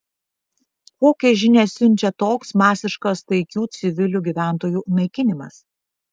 kokią žinią siunčia toks masiškas taikių civilių gyventojų naikinimas